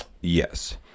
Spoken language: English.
Yes